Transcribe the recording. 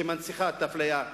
שמנציחה את האפליה.